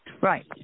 Right